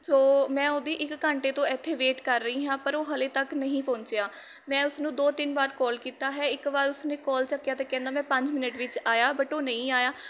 ਸੋ ਮੈਂ ਉਹਦੀ ਇੱਕ ਘੰਟੇ ਤੋਂ ਇੱਥੇ ਵੇਟ ਕਰ ਰਹੀ ਹਾਂ ਪਰ ਉਹ ਹਾਲੇ ਤੱਕ ਨਹੀਂ ਪਹੁੰਚਿਆ ਮੈਂ ਉਸਨੂੰ ਦੋ ਤਿੰਨ ਵਾਰ ਕੋਲ ਕੀਤਾ ਹੈ ਇੱਕ ਵਾਰ ਉਸਨੇ ਕੋਲ ਚੱਕਿਆ ਅਤੇ ਕਹਿੰਦਾ ਮੈਂ ਪੰਜ ਮਿੰਟ ਵਿੱਚ ਆਇਆ ਬਟ ਉਹ ਨਹੀਂ ਆਇਆ